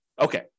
okay